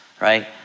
right